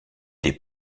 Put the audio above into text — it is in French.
des